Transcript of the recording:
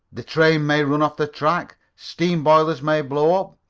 the train may run off the track, steam-boilers may blow up,